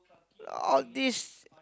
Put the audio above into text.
all this